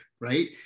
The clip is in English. right